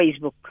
Facebook